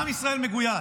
עם ישראל מגויס.